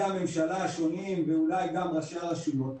הממשלה השונים ואולי גם ראשי הרשויות?